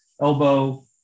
elbow